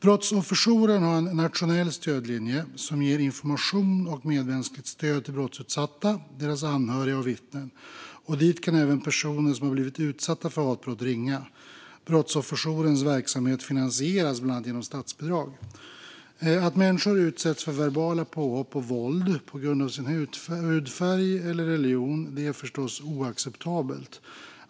Brottsofferjouren har en nationell stödlinje som ger information och medmänskligt stöd till brottsutsatta, deras anhöriga och vittnen. Dit kan även personer som har blivit utsatta för hatbrott ringa. Brottsofferjourens verksamhet finansieras genom bland annat statsbidrag. Att människor utsätts för verbala påhopp och våld på grund av sin hudfärg eller religion är förstås oacceptabelt.